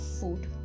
food